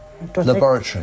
laboratory